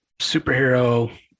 superhero